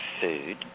food